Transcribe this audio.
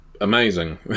amazing